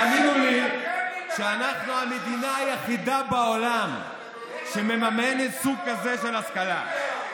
תאמינו לי שאנחנו המדינה היחידה בעולם שמממנת סוג כזה של השכלה,